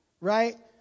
Right